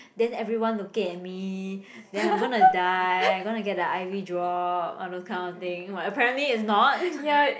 then everyone looking at me then I'm gonna die and gonna get the I_V drop all those kind of thing but apparently is not